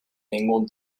ningún